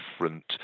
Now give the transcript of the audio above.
different